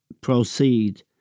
proceed